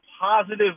positive